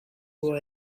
boy